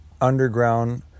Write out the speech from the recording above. underground